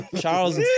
Charles